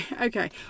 okay